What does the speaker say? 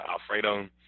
Alfredo